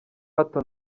hato